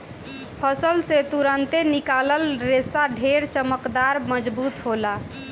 फसल से तुरंते निकलल रेशा ढेर चमकदार, मजबूत होला